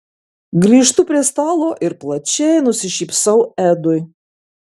grįžtu prie stalo ir plačiai nusišypsau edui